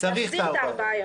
להחזיר את הארבעה ימים.